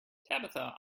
tabitha